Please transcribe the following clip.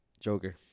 Joker